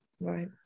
right